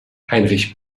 heinrich